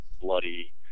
bloody